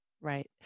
Right